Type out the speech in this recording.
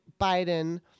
Biden